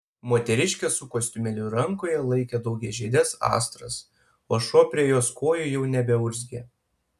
moteriškė su kostiumėliu rankoje laikė daugiažiedes astras o šuo prie jos kojų jau nebeurzgė